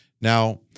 Now